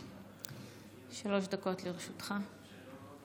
בבקשה, שלוש דקות לרשותך.